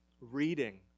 reading